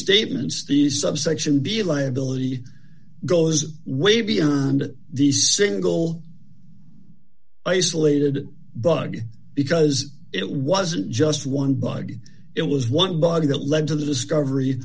misstatements the subsection be a liability goes way beyond the single isolated bug because it wasn't just one body it was one body that led to the discovery